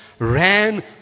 ran